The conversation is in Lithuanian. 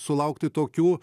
sulaukti tokių